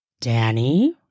Danny